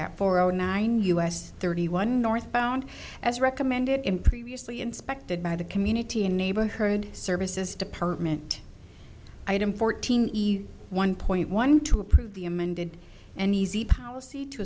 at four o nine u s thirty one northbound as recommended in previously inspected by the community and neighborhood services department item fourteen one point one two approve the amended and easy po